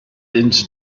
into